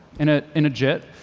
in ah in a jit,